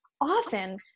often